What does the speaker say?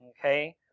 okay